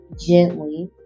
gently